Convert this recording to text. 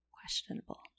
questionable